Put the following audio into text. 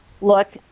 look